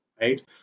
right